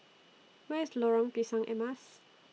Where IS Lorong Pisang Emas